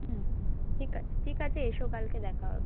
হুম হুম ঠিক আছে ঠিক আছে এসো কালকে দেখা হবে